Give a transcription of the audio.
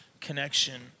connection